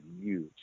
huge